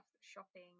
shopping